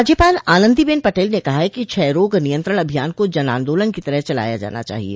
राज्यपाल आनन्दीबेन पटेल ने कहा कि क्षय रोग नियंत्रण अभियान को जन आन्दोलन की तरह चलाया जाना चाहिये